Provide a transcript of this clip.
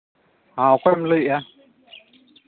ᱦᱮᱸ ᱚᱠᱚᱭᱮᱢ ᱞᱟᱹᱭᱮᱫᱼᱟ